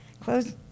Close